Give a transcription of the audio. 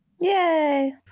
Yay